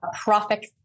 profit